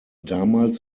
damals